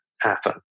happen